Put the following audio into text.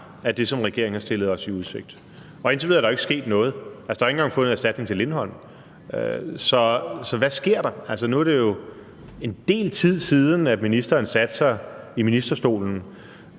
af det, som regeringen har stillet os i udsigt. Og indtil videre er der jo ikke sket noget – altså, der er jo ikke engang fundet en erstatning for Lindholm. Så hvad sker der? Nu er det jo en del tid siden ministeren satte sig i ministerstolen.